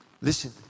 Listen